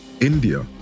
India